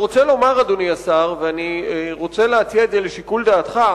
אדוני השר, אני גם רוצה להציע לך לשקול ולקבוע,